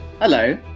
Hello